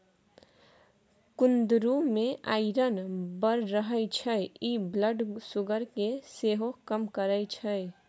कुंदरु मे आइरन बड़ रहय छै इ ब्लड सुगर केँ सेहो कम करय छै